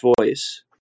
voice